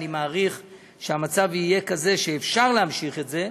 אני מעריך שהמצב יהיה כזה שאפשר להמשיך את זה,